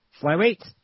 Flyweight